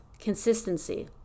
Consistency